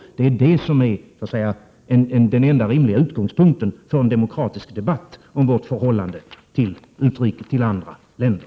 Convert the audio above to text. Det är den enda rimliga utgångspunkten för en demokratisk debatt om Sveriges förhållande till andra länder.